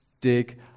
dig